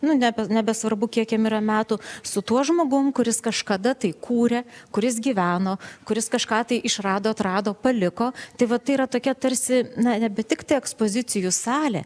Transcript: nu ne nebesvarbu kiek jam yra metų su tuo žmogum kuris kažkada tai kūrė kuris gyveno kuris kažką tai išrado atrado paliko tai va tai yra tokia tarsi na nebent tiktai ekspozicijų salė